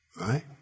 Right